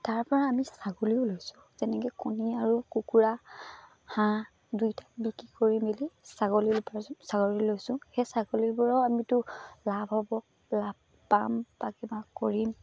তাৰপৰা আমি ছাগলীও লৈছোঁ যেনেকৈ কণী আৰু কুকুৰা হাঁহ দুয়োটাই বিক্ৰী কৰি মেলি ছাগলী ল'ব পাৰিছোঁ ছাগলী লৈছোঁ সেই ছাগলীবোৰৰো আমিতো লাভ হ'ব লাভ পাম বা কিবা কৰিম